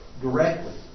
directly